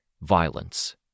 Violence